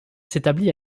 s’établit